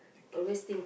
thank you